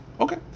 Okay